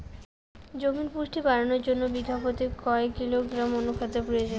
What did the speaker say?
জমির পুষ্টি বাড়ানোর জন্য বিঘা প্রতি কয় কিলোগ্রাম অণু খাদ্যের প্রয়োজন?